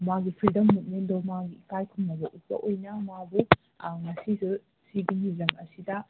ꯃꯥꯒꯤ ꯐ꯭ꯔꯤꯗꯝ ꯃꯨꯕꯃꯦꯟꯗꯣ ꯃꯥꯒꯤ ꯏꯀꯥꯏ ꯈꯨꯝꯅꯕ ꯎꯠꯄ ꯑꯣꯏꯅ ꯃꯥꯕꯨ ꯉꯁꯤꯁꯨ ꯁꯤꯒꯤ ꯃ꯭ꯌꯨꯖꯝ ꯑꯁꯤꯗ